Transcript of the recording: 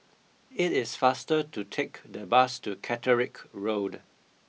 it is faster to take the bus to Catterick Road